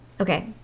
Okay